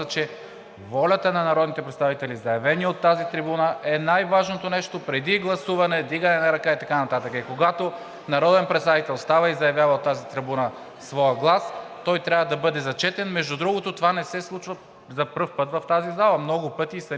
волята на народните представители, заявена от тази трибуна, е най-важното нещо преди гласуване, вдигане на ръка и така нататък. И когато народен представител става и заявява от тази трибуна своя глас, той трябва да бъде зачетен. Между другото това не се случва за първи път в тази зала. Много пъти и самият аз